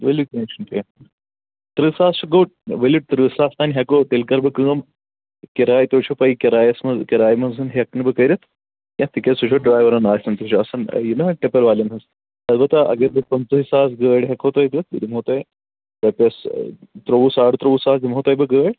ؤلِو کیٚنٛہہ چھُنہٕ کیٚنٛہہ چھُنہٕ تٕرٛہ ساس چھُ گوٚو ؤلِو تٕرٛہ ساس تام ہٮ۪کو تیٚلہِ کَرٕ بہٕ کٲم کِراے تُہۍ چھُو پیی کِرایَس منٛز کِراے منٛز ہٮ۪کہٕ نہٕ بہٕ کٔرِتھ کیٚنٛہہ تِکیٛازِ سُہ چھُ ڈرٛیورَن آسان سُہ چھُ آسان یہِ نہ ٹِپر والٮ۪ن ہٕنٛز البتہ اگر بہٕ پنٛژٕہے ساس گٲڑۍ ہٮ۪کو تۄہہِ دِتھ بہٕ دِمو تۄہہِ رۄپیَس ترٛوٚوُہ ساڑ ترٛوٚوُہ ساس دِمہو تۄہہِ بہٕ گٲڑۍ